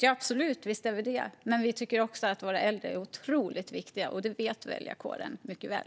Ja, absolut, visst är vi det. Men vi tycker också att våra äldre är otroligt viktiga, och det vet vår väljarkår mycket väl.